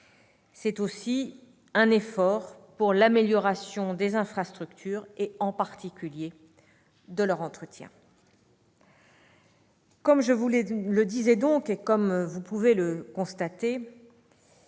C'est aussi un effort pour l'amélioration des infrastructures et, en particulier, leur entretien. Comme je vous le disais, et comme vous pouvez le constater,